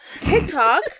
TikTok